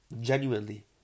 genuinely